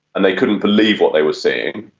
and they couldn't believe what they were seeing,